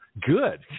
Good